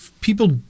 people